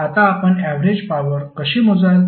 आता आपण average power कशी मोजाल